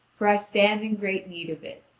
for i stand in great need of it,